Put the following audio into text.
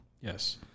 Yes